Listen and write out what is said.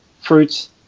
fruits